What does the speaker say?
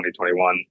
2021